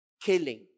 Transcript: killing